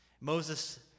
Moses